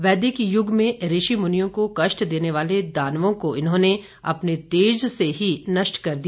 वैदिक युग में ऋषि मुनियों को कष्ट देने वाले दानवों को इन्होंने अपने तेज से ही नष्ट कर दिया